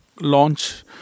launch